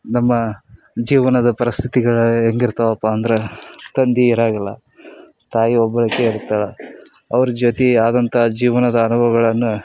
ನಮ್ಮ ಜೀವನದ ಪರಸ್ಥಿತಿಗಳು ಹೆಂಗಿರ್ತಾವಪ್ಪ ಅಂದರೆ ತಂದೆ ಇರೋಂಗಿಲ್ಲ ತಾಯಿ ಒಬ್ಬಾಕಿ ಇರ್ತಾಳೆ ಅವ್ರ ಜೊತೆ ಆದಂಥ ಜೀವನದ ಅನುಭವಗಳನ್ನು